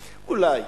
אולי.